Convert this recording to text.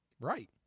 Right